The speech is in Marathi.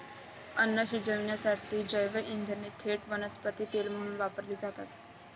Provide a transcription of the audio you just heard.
अन्न शिजवण्यासाठी जैवइंधने थेट वनस्पती तेल म्हणून वापरली जातात